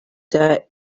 the